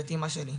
ואת אמא שלי,